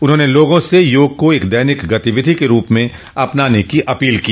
उन्होंने लोगों से योग को एक दैनिक गतिविधि के रूप में अपनाने की अपील की